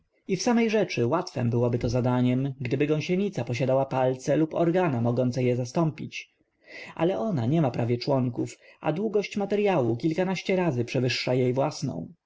trudno i w samej rzeczy łatwem byłoby to zadaniem gdyby gąsienica posiadała palce lub organa mogące je zastąpić ale ona niema prawie członków a długość materyału kilkanaście razy przewyższa jej własną